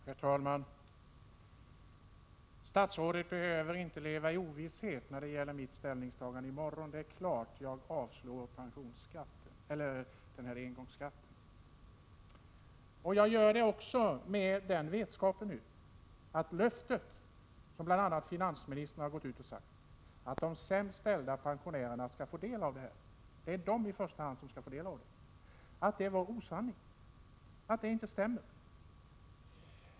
Herr talman! Statsrådet behöver inte leva i ovisshet när det gäller mitt ställningstagande i morgon. Det är klart att jag kommer att yrka avslag på förslaget om engångsskatten. Jag gör det utifrån vetskapen att det löfte som bl.a. finansministern har gått ut med — nämligen att det är de sämst ställda pensionärerna som i första hand skall få del av pengarna i fråga — var en osanning.